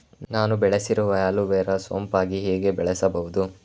ನಾನು ಬೆಳೆಸಿರುವ ಅಲೋವೆರಾ ಸೋಂಪಾಗಿ ಹೇಗೆ ಬೆಳೆಸಬಹುದು?